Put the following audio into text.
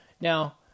Now